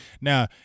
Now